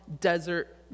desert